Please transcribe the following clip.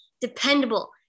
Dependable